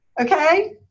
okay